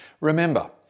Remember